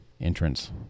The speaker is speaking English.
entrance